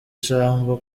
ijambo